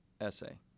essay